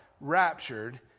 raptured